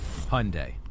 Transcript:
Hyundai